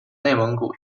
内蒙古